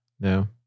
no